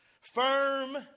firm